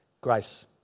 grace